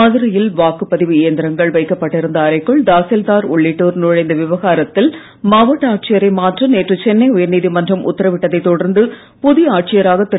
மதுரையில் வாக்குப்பதிவு இயந்திரங்கள் வைக்கப்பட்டிருந்த அறைக்குள் தாசில்தார் உள்ளிட்டோர் நுழைந்த விவகாரத்தில் மாவட்ட ஆட்சியரை மாற்ற நேற்று சென்னை உயர்நீதிமன்றம் உத்தரவிட்டதைத் தொடர்ந்து புதிய ஆட்சியராக திரு